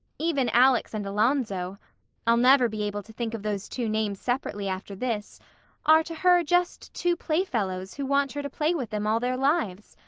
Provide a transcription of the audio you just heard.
even alex and alonzo i'll never be able to think of those two names separately after this are to her just two playfellows who want her to play with them all their lives.